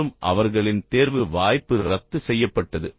மேலும் அவர்களின் தேர்வு வாய்ப்பு ரத்து செய்யப்பட்டது